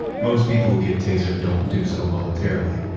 most people who get tasered don't do so voluntarily.